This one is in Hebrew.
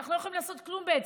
אנחנו לא יכולים לעשות, בעצם.